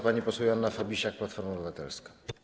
Pani poseł Joanna Fabisiak, Platforma Obywatelska.